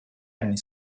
anni